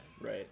Right